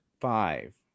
five